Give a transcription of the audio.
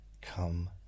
come